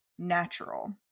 natural